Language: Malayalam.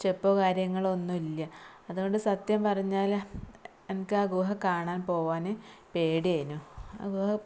സ്റ്റെപ്പോ കാര്യങ്ങളോ ഒന്നും ഇല്ല അതുകൊണ്ട് സത്യം പറഞ്ഞാൽ എനിക്ക് ആ ഗുഹ കാണാന് പോവാൻ പേടിയായിനു ആ ഗുഹ